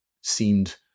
seemed